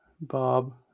Bob